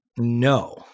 No